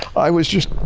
i was just